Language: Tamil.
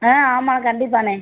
ஆ ஆமாம் கண்டிப்பாண்ணே